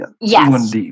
Yes